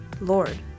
Lord